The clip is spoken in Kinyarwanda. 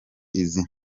izi